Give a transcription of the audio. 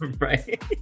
right